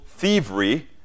Thievery